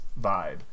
vibe